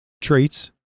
traits